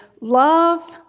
love